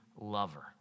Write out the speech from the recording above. lover